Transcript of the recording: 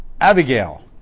Abigail